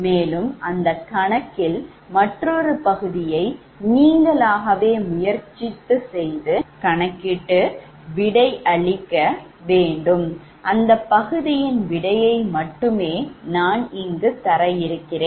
மேலும் அந்தக் கணக்கில் மற்றொரு பகுதியை நீங்களாகவே முயற்சி செய்து கணக்கிட்டு விடையளிக்க வேண்டும் அந்த பகுதியின் விடையை மட்டுமே நான் இங்கு தர இருக்கிறேன்